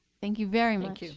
thank you very much.